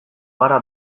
gara